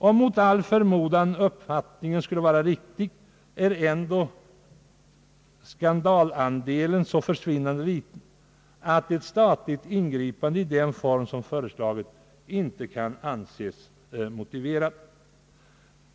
Om mot all förmodan, fortsätter handelskammaren, uppskattningen skulle vara riktig, är ändå »skandalandelen« så försvinnande liten, att ett statligt ingripande i den form som föreslagits inte kan anses motiverat.